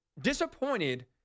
disappointed